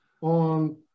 on